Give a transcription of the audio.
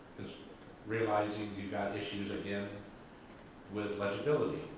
realizing you got issues again with legibility.